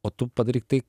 o tu padaryk tai